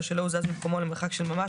או שלא הוזז ממקומו למרחק של ממש,